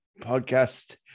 Podcast